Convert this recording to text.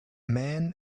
man